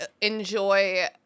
enjoy